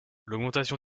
l’augmentation